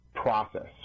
Process